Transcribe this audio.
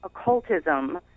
occultism